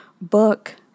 book